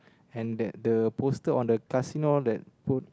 handbag the poster on the casino that put